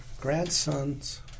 grandson's